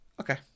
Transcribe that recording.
okay